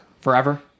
Forever